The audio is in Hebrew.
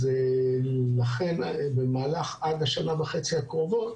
אז לכן במהלך עד השנה וחצי הקרובות